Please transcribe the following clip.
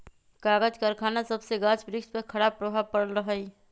कागज करखना सभसे गाछ वृक्ष पर खराप प्रभाव पड़ रहल हइ